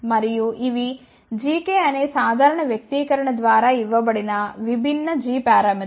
మరియు ఇవి gk అనే సాధారణ వ్యక్తీకరణ ద్వారా ఇవ్వబడిన విభిన్న g పారామితులు